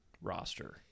roster